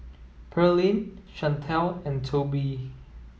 Pearline Chantelle and Toby